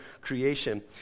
creation